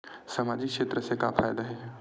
सामजिक क्षेत्र से का फ़ायदा हे?